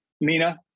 mina